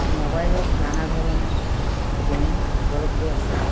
মোবাইলত নানা ধৰণৰ গে'ম উপলব্ধ আছে